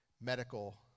medical